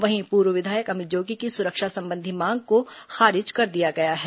वहीं पूर्व विधायक अमित जोगी की सुरक्षा संबंधी मांग को खारिज कर दिया गया है